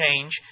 change